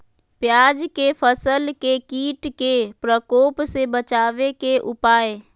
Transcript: प्याज के फसल के कीट के प्रकोप से बचावे के उपाय?